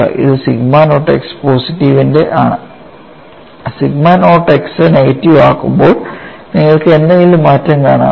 ഇത് sigma naught X positive ന്റെ ആണ്സിഗ്മ നോട്ട് x നെഗറ്റീവ് ആക്കുമ്പോൾ നിങ്ങൾക്ക് എന്തെങ്കിലും മാറ്റം കാണാമോ